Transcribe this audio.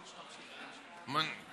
מאיר.